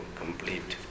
complete